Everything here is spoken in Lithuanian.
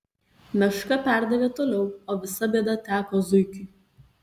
meška perdavė toliau o visa bėda teko zuikiui